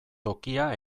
tokia